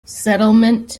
settlement